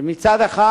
שמצד אחד